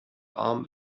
arm